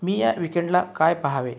मी या वीकेंडला काय पहावे